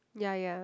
ya ya